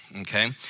okay